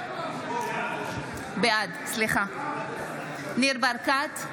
בעד ניר ברקת,